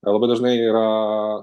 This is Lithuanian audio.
kalba dažnai yra